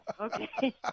okay